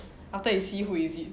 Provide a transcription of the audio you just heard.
after you see who is it